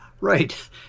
right